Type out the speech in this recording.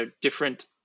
different